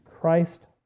Christ